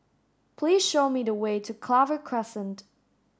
please show me the way to Clover Crescent